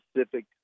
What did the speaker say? specific